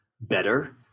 better